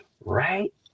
right